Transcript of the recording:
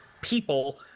people